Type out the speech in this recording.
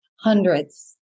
hundreds